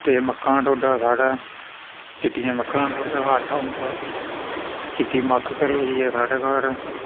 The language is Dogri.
ते मक्कां टोडा साढ़ै चिट्टियां मक्कां टोडा आटा होंदा चिट्टी मक्क घरे दी ऐ साढ़ै घर